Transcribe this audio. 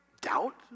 doubt